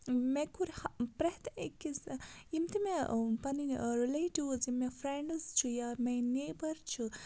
مےٚ کوٚر پرٛٮ۪تھ أکِس یِم تہِ مےٚ پَنٕنۍ رِلیٹِوٕز یِم مےٚ فرٮ۪نڈٕز چھِ یا مےٚ نیٚبَر چھِ